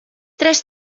tres